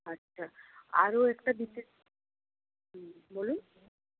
আচ্ছা আরও একটা বিশেষ হুম বলুন